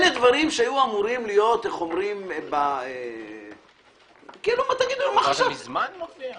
אלה דברים שהיו אמורים להיות --- זה כבר מזמן מופיע.